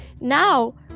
now